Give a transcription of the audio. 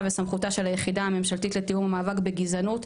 וסמכותה של היחידה הממשלתית לתיאום המאבק בגזענות.